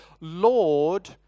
Lord